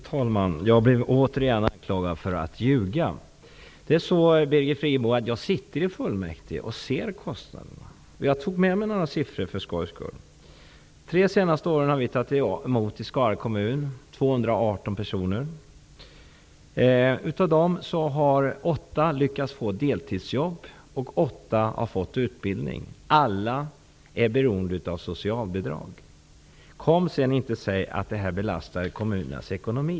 Herr talman! Jag blev återigen anklagad för att ljuga. Jag sitter i fullmäktige, Birgit Friggebo, och ser kostnaderna. Jag tog med mig några siffror för skojs skull. De tre senaste åren har vi i Skara kommun tagit emot 218 personer. Av dem har 8 lyckats få deltidsjobb och 8 har fått utbildning. Alla är beroende av socialbidrag. Kom sedan inte och säg att detta inte belastar kommunernas ekonomi.